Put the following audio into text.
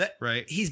right